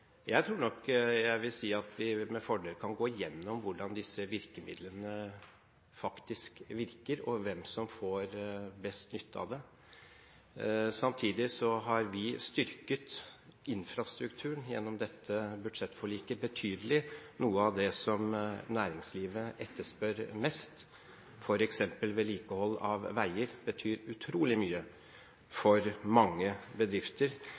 Jeg tror jeg vil si at vi med fordel kan gå igjennom hvordan disse virkemidlene faktisk virker, og hvem som får best nytte av dem. Samtidig har vi gjennom dette budsjettforliket styrket infrastrukturen betydelig, noe som er av det næringslivet etterspør mest. For eksempel vedlikehold av veier betyr utrolig mye for mange bedrifter,